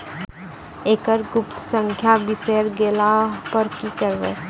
एकरऽ गुप्त संख्या बिसैर गेला पर की करवै?